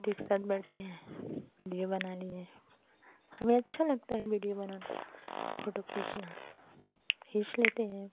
एक साथ बैठे हैं विडियो बना लिए हमें अच्छा लगता है विडियो बनाना फोटू खींचना खींच लेते हैं